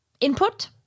input